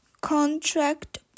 contract